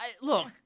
Look